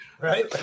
right